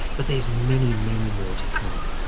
but there's many, many more to come,